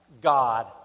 God